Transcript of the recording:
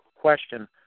question